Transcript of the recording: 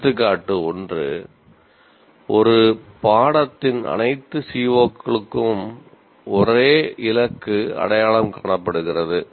எடுத்துக்காட்டு 1 "ஒரு பாடத்தின் அனைத்து CO க்கும் ஒரே இலக்கு அடையாளம் காணப்படுகிறது"